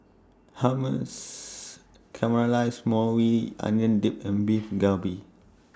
Hummus Caramelized Maui Onion Dip and Beef Galbi